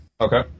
Okay